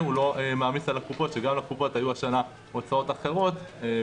או סכום של 8.33% מסכום התשלום המזערי לשנת 2020. היום,